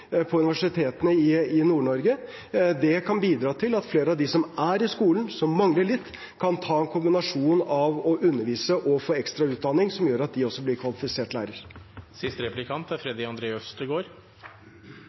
på universitetene i Nord-Norge. Det kan bidra til at flere av dem som er i skolen og som mangler litt, kan kombinere undervisning med å ta ekstra utdanning, som vil gjøre at også de blir